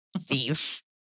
Steve